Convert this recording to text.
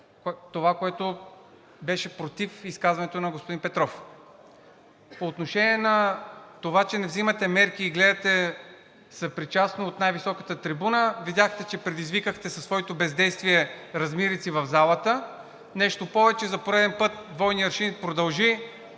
това, което беше против изказването на господин Петров. По отношение на това, че не взимате мерки и гледате съпричастно от най-високата трибуна, видяхте, че със своето бездействие предизвикахте размирици в залата. Нещо повече, за пореден път двойният аршин продължи